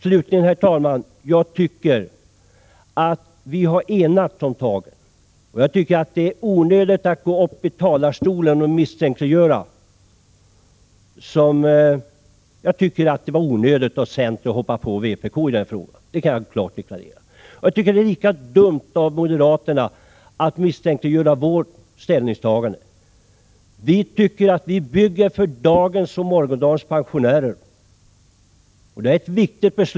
Slutligen, herr talman, vill jag säga att vi har enats om tagen och att det var onödigt att man från centerhåll angrep vpk i denna fråga. Det är lika dumt av moderaterna att misstänkliggöra vårt ställningstagande. Vi tycker att vi med detta viktiga beslut i kammaren bygger för dagens och morgondagens pensionärer.